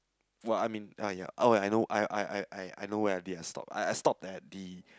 well I mean ah ya oh I know I I I I I know where I did I stop I stopped at the